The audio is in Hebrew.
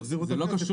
קשר